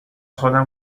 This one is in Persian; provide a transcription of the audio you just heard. خودم